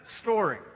story